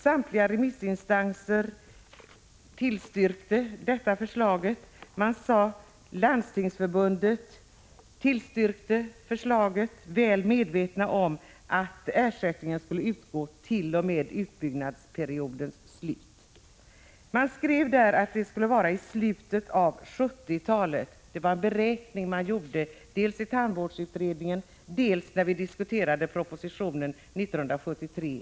Samtliga remissinstanser tillstyrkte detta förslag. Landstingsförbundet tillstyrkte förslaget väl medvetet om att ersättningen skulle utgå t.o.m. utbyggnadsperiodens slut. Både i proposition 1973:45 och i tandvårdsutredningen beräknades barnoch ungdomstandvården vara utbyggd i slutet av 1970-talet.